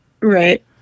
right